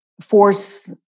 force